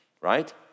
right